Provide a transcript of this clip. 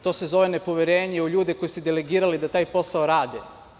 To se zove nepoverenje u ljude koje ste delegirali da taj posao rade.